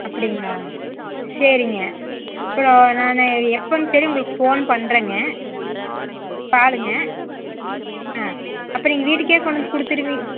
அப்படிங்களா சரிங்க அப்புறம் நான் எப்போதுன்னு சொல்லி உங்களுக்கு ஃபோன் பண்ணுறேங்க பாருங்க அப்போ நீங்கள் வீட்டுக்கே கொண்டாந்து கொடுத்துருவீங்க